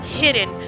hidden